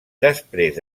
després